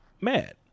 mad